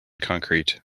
concrete